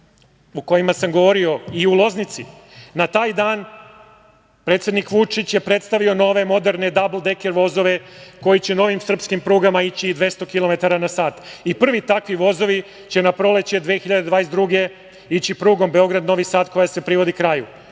o kojima sam govorio u Zaječaru i u Loznici, na taj dan predsednik Vučić je predstavio nove moderne dabldeker vozove koji će novim srpskim prugama ići i 200 kilometara na sat. Prvi takvi vozovi će na proleće 2022. godine ići prugom Beograd-Novi Sad, koja se privodi kraju. Dakle,